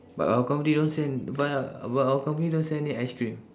but our company don't sell bu~ but our company don't sell any ice cream